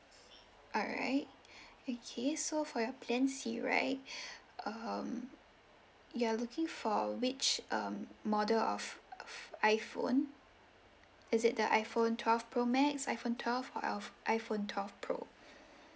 alright okay so for your plan C right um you are looking for which um model of of iphone is it the iphone twelve pro max iphone twelve or iph~ iphone twelve pro